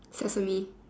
sesame